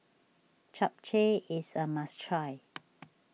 Japchae is a must try